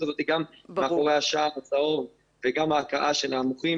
הזאת מאחורי השער הצהוב וגם ההכאה של המוחים,